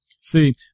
See